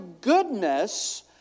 goodness